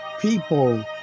people